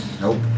Nope